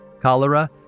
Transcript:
cholera